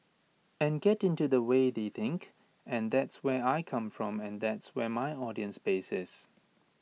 and get into the way they think and that's where I come from and that's where my audience base is